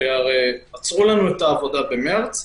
שהרי עצרו לנו את העבודה במרץ,